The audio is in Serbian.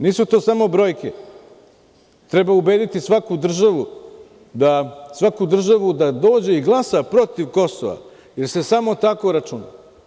Nisu to samo brojke, treba ubediti svaku državu da dođe i glasa protiv Kosova, jer se samo tako računa.